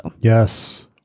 Yes